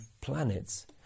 planets